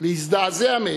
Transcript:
להזדעזע מהן,